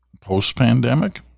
post-pandemic